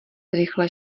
rychle